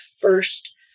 first